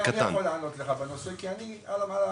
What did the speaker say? אני יכול לענות לך, אני במעשי,